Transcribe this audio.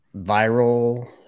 viral